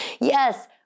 Yes